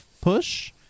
push